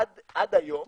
עד היום.